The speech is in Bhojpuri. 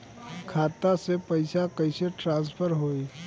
खाता से पैसा कईसे ट्रासर्फर होई?